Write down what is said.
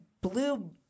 blue